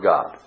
God